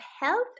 health